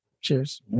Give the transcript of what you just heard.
Cheers